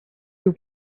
your